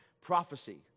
Prophecy